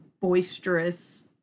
boisterous